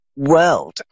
world